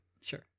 Sure